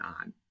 on